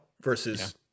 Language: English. versus